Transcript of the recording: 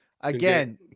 again